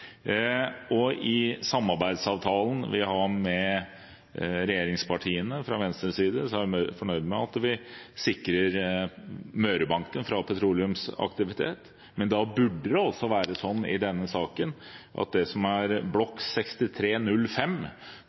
og i samarbeidsavtalen vi har med regjeringspartiene, er vi fra Venstres side fornøyd med at vi sikrer Mørebanken fra petroleumsaktivitet, men da burde det være sånn i denne saken at det som er blokk